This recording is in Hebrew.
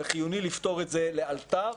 וחיוני לפתור את זה לאלתר,